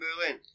Berlin